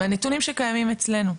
מהנתונים שקיימים אצלנו,